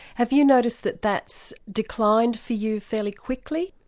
have you noticed that that's declined for you fairly quickly?